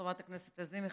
חברת הכנסת לזימי,